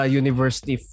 university